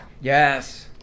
Yes